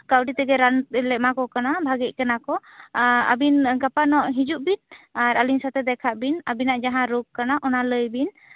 ᱠᱟᱹᱣᱰᱤ ᱛᱮᱜᱮ ᱨᱟᱱ ᱞᱮ ᱮᱢᱟᱣᱟᱠᱚ ᱠᱟᱱᱟ ᱵᱷᱟᱹᱜᱤᱜ ᱠᱟᱱᱟ ᱠᱚ ᱮᱸ ᱟᱵᱤᱱ ᱜᱟᱯᱟᱱᱚᱜ ᱦᱤᱡᱩᱜ ᱵᱤᱱ ᱟᱨ ᱟᱞᱤᱧ ᱥᱟᱶᱛᱮ ᱫᱮᱠᱷᱟᱜ ᱵᱤᱱ ᱟᱵᱤᱱᱟᱜ ᱡᱟᱦᱟᱸ ᱨᱳᱜᱽ ᱠᱟᱱᱟ ᱚᱱᱟ ᱞᱟᱹᱭ ᱵᱤᱱ